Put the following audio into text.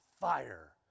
fire